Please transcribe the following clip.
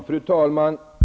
Fru talman!